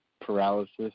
paralysis